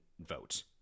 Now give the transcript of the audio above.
vote